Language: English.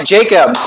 Jacob